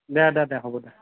দে দে দে হ'ব দে